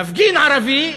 מפגין ערבי,